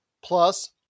Plus